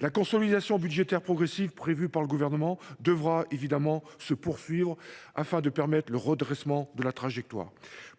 La consolidation budgétaire progressive prévue par le Gouvernement devra évidemment se poursuivre afin de permettre le redressement de la trajectoire.